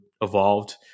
evolved